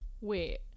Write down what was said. wait